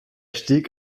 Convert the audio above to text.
stieg